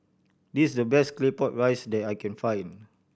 this is the best Claypot Rice that I can find